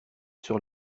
sur